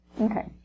Okay